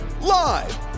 live